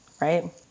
right